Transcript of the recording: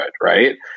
right